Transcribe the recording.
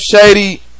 Shady